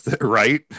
right